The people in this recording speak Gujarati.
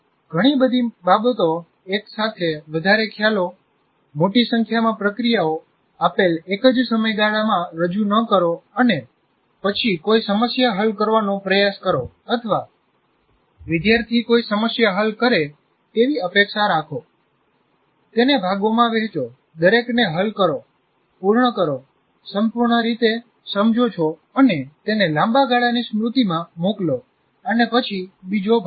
ઘણી બધી બાબતો એક સાથે વધારે ખ્યાલો મોટી સંખ્યામાં પ્રક્રિયાઓ આપેલ એકજ સમયગાળામાં રજૂ ન કરો અને પછી કોઈ સમસ્યા હલ કરવાનો પ્રયાસ કરો અથવા વિદ્યાર્થી કોઈ સમસ્યા હલ કરે તેવી અપેક્ષા રાખો તેને ભાગોમાં વહેચો દરેકને હલ કરો પૂર્ણ કરો સંપૂર્ણ રીતે સમજો છો અને તેને લાંબા ગાળાની સ્મૃતિમાં મોકલો અને પછી બીજો ભાગ લો